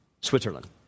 Switzerland